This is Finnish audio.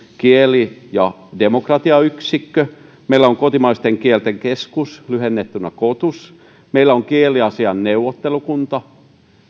kieli ja demokratiayksikkö meillä on kotimaisten kielten keskus lyhennettynä kotus meillä on kieliasiain neuvottelukunta